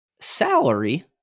salary